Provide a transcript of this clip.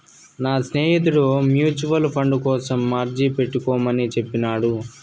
నా స్నేహితుడు mutual fund కోసం అర్జీ పెట్టుకోమని చెప్పినాడు